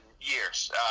years